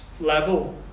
level